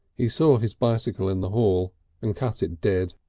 he saw his bicycle in the hall and cut it dead.